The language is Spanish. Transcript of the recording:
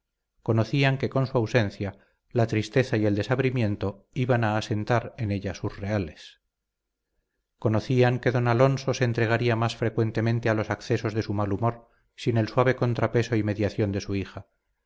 conocían que con su ausencia la tristeza y el desabrimiento iban a asentar en ella sus reales conocían que don alonso se entregaría más frecuentemente a los accesos de su mal humor sin el suave contrapeso y mediación de su hija